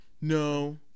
No